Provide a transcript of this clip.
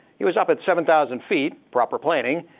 he was up at seven thousand feet proper planning.